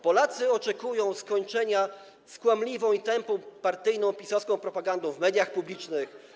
Polacy oczekują skończenia z kłamliwą i tępą partyjną PiS-owską propagandą w mediach publicznych.